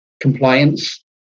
compliance